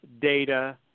data